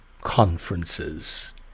conferences